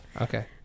okay